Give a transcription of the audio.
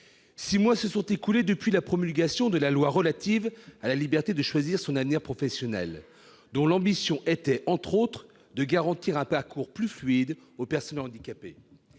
Six mois se sont écoulés depuis la promulgation de la loi pour la liberté de choisir son avenir professionnel, dont l'ambition était, notamment, de garantir un parcours professionnel plus fluide aux personnes handicapées.